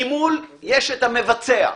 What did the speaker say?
ממול, יש המבצע.